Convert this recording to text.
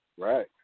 Right